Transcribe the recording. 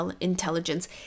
intelligence